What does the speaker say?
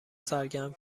سرگرم